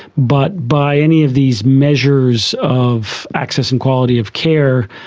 but by any of these measures of access and quality of care,